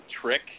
trick